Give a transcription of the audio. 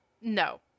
no